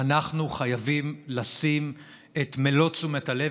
אנחנו חייבים לשים את מלוא תשומת הלב